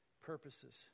purposes